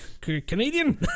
Canadian